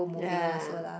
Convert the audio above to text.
ya